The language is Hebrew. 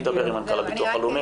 אני אדבר עם מנכ"ל הביטוח הלאומי.